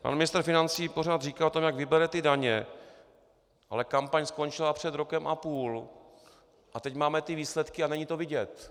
Pan ministr financí pořád říká o tom, jak vybere ty daně, ale kampaň skončila před rokem a půl, a teď máme výsledky a není to vidět.